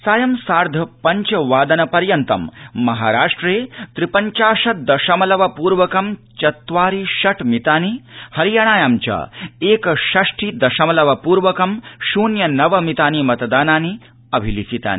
सायं सार्दधपञ्चवादन पर्यन्तं महाराष्ट्रे त्रिपञ्चाशत दशमलवप्र्वप् चत्वारि षट् मितानि हरियाणायाञ्च ए षष्टि दशमलवपूर्व म् शून्य नव मितानि मतदानानि अभिलिखितानि